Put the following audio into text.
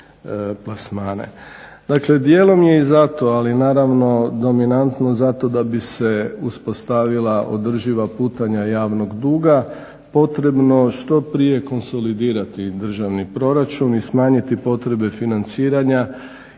Dakle, dijelom je i zato, ali naravno dominantno zato da bi se uspostavila održiva putanja javnog duga potrebno je što prije konsolidirati državni proračun i smanjiti potrebe financiranja